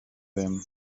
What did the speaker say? vem